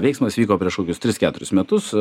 veiksmas vyko prieš kokius tris keturis metus